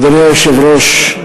אדוני היושב-ראש,